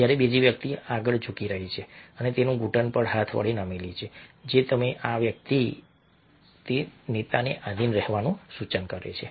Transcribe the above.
જ્યારે બીજી વ્યક્તિ આગળ ઝૂકી રહી છે અને તેના ઘૂંટણ પર હાથ વડે નમેલી છે જે આ વ્યક્તિ છે તે નેતાને આધીન રહેવાનું સૂચન કરે છે